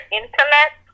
internet